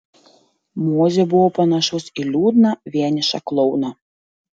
mozė buvo panašus į liūdną vienišą klouną